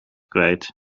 kwijt